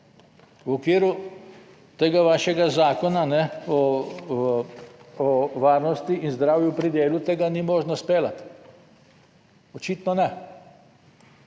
V okviru tega vašega zakona o varnosti in zdravju pri deli tega ni možno izpeljati. Očitno ne.